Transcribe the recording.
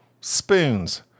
spoons